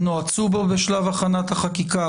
נועצו בו בשלב הכנת החקיקה,